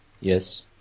Yes